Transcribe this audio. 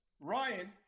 Ryan